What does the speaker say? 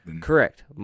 Correct